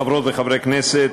חברות וחברי כנסת,